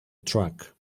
track